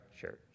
church